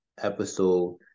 episode